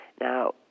Now